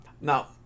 Now